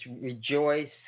rejoice